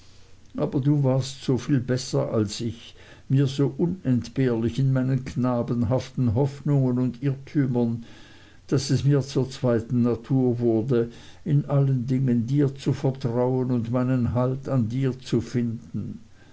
aber du warst soviel besser als ich mir so unentbehrlich in meinen knabenhaften hoffnungen und irrtümern daß es mir zur zweiten natur wurde in allen dingen dir zu vertrauen und meinen halt an dir zu finden